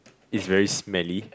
it's very smelly